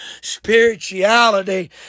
Spirituality